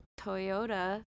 Toyota